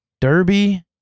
Derby